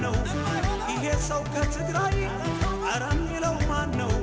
no no no no